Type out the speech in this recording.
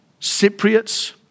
Cypriots